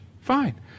fine